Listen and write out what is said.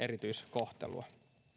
erityiskohtelua